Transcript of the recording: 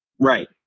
Right